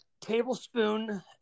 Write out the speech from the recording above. tablespoon